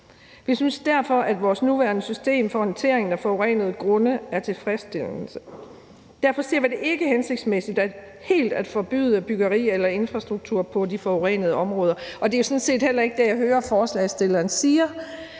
Vi synes derfor, at vores nuværende system for håndtering af forurenede grunde er tilfredsstillende. Derfor ser vi det ikke som hensigtsmæssigt helt at forbyde byggeri eller infrastruktur på de forurenede områder, og det er sådan set heller ikke det, jeg hører forslagsstillerne siger.